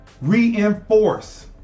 Reinforce